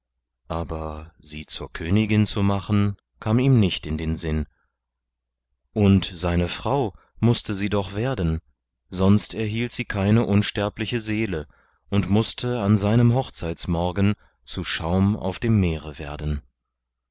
aber sie zur königin zu machen kam ihm nicht in den sinn und seine frau mußte sie doch werden sonst erhielt sie keine unsterbliche seele und mußte an seinem hochzeitsmorgen zu schaum auf dem meere werden